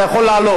אתה יכול לעלות,